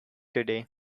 today